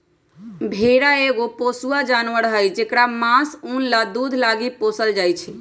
भेड़ा एगो पोसुआ जानवर हई जेकरा मास, उन आ दूध लागी पोसल जाइ छै